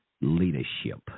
leadership